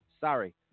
Sorry